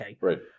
Right